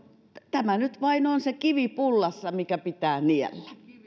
tämä nyt vain on se kivi pullassa mikä pitää niellä